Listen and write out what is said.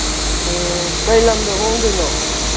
ꯑꯣ ꯀꯩ ꯂꯝꯗ ꯍꯣꯡꯗꯣꯏꯅꯣ